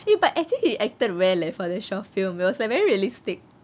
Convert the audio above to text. eh but actually he acted well eh for the short film it was like very realistic